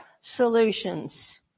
solutions